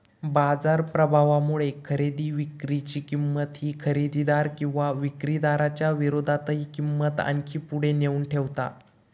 बाजार प्रभावामुळे खरेदी विक्री ची किंमत ही खरेदीदार किंवा विक्रीदाराच्या विरोधातही किंमत आणखी पुढे नेऊन ठेवता